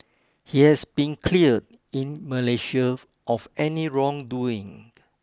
he has been cleared in Malaysia of any wrongdoing